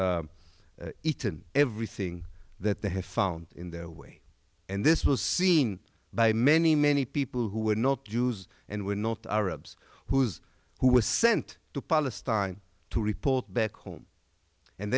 have eaten everything that they had found in their way and this was seen by many many people who were not jews and were not arabs whose who were sent to palestine to report back home and